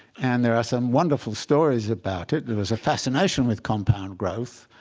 and there are some wonderful stories about it. there was a fascination with compound growth,